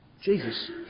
Jesus